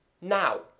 Now